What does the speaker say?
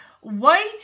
white